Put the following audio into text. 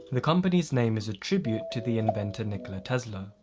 the company's name is a tribute to the inventor nikola tesla.